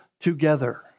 together